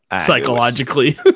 psychologically